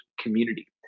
community